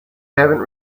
haven’t